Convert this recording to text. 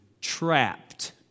trapped